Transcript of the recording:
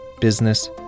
business